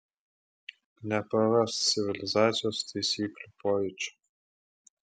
neprarask civilizacijos taisyklių pojūčio